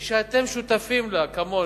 שאתם שותפים לנו כמונו,